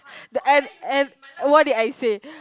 the and and what did I say